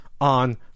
on